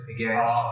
again